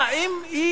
מה, אם אי-אפשר